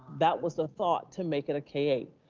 that was the thought to make it a k eight,